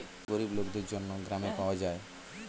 গরিব লোকদের জন্য গ্রামে পাওয়া যায়